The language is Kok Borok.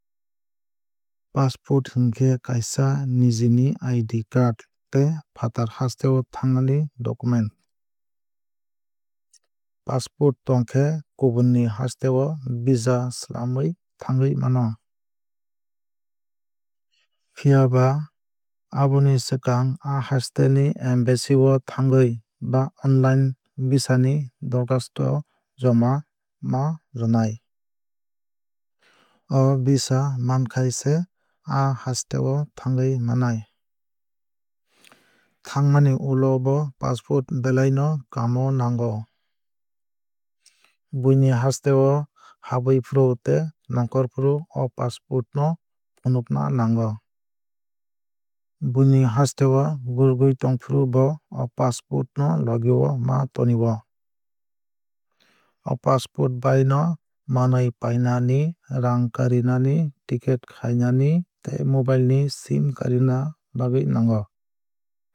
Passport hinkhe kaisa niji ni ID card tei fatar hasteo thangnani documnet. Passport tongkhe kubun ni hasteo visa swlamwui thangwui mano. Phiaba aboni swkang aa haste ni embaasy o thangwui ba online visa ni dorkhasto joma ma rwnai. O visa mankhai se aa hasteo thangwui manani. Thangmani ulo bo passport belai no kaam o nango. Buini haste o habwuifru tei nonkhorfru o passport no funukna nango. Buini hasteo gurugwui tongfru bo o passport no logi o ma toni o. O passport bai no manwui painani raang karinani ticket khainani tei mobile sim karina bagwui nango.